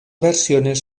versiones